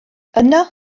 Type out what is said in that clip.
yno